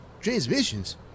Transmissions